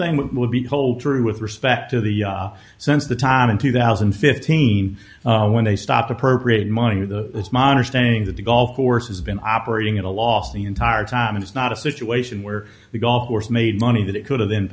thing will be told true with respect to the since the time in two thousand and fifteen when they stopped appropriate morning the monitor saying that the golf course has been operating at a loss the entire time and it's not a situation where the golf course made money that it could have been